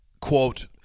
quote